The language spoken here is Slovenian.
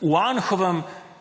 v Anhovem,